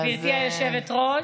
גברתי היושבת-ראש,